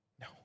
No